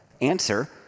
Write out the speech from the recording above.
Answer